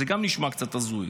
זה גם נשמע קצת הזוי,